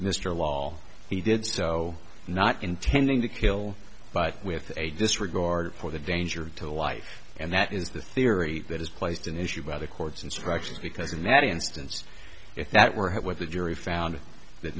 mr lall he did so not intending to kill but with a disregard for the danger to life and that is the theory that is placed in issue by the court's instructions because in that instance if that were what the jury found that